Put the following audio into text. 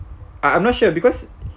I I'm not sure because